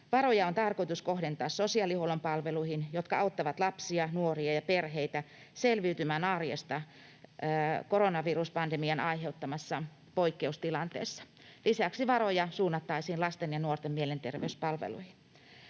Varoja on tarkoitus kohdentaa sosiaalihuollon palveluihin, jotka auttavat lapsia, nuoria ja perheitä selviytymään arjesta koronaviruspandemian aiheuttamassa poikkeustilanteessa. Lisäksi varoja suunnattaisiin lasten ja nuorten mielenterveyspalveluihin.